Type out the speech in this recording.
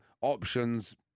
options